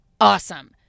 awesome